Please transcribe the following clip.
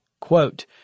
Quote